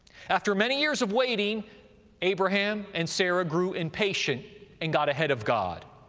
after many years of waiting abraham and sarah grew impatient and got ahead of god